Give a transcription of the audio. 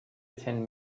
attend